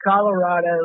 Colorado